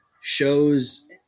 shows